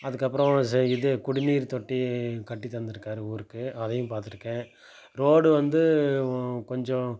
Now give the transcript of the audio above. அதுக்கப்புறம் சே இது குடிநீர்த்தொட்டி கட்டி தந்திருக்காரு ஊருக்கு அதையும் பார்த்துருக்கேன் ரோடு வந்து கொஞ்சம்